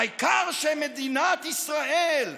העיקר שמדינת ישראל,